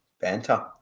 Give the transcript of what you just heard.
Banter